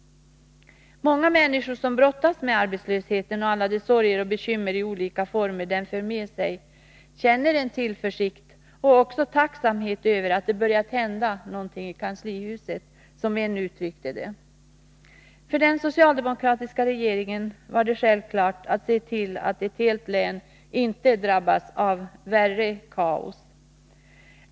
Många människor som brottas med arbetslösheten och alla de sorger och bekymmer i olika former den för med sig, känner en tillförsikt och även en tacksamhet därför att ”det börjar hända något i kanslihuset”, som en uttryckte det. För den socialdemokratiska regeringen var det självklart att se till att ett helt län inte drabbas av kaos.